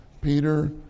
Peter